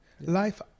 Life